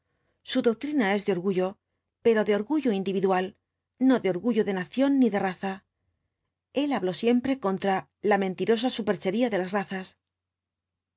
su doctrina es de orgullo pero de orgullo individual no de orgullo de nación ni de raza el habló siempre contra la mentirosa superchería de las razas